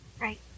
Right